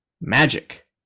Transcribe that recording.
Magic